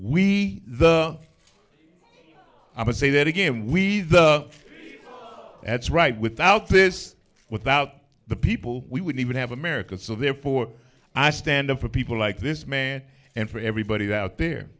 we the i would say that again we the that's right without this without the people we would be would have america so therefore i stand up for people like this man and for everybody that out there